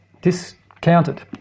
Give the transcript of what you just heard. discounted